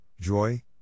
joy